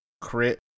Crit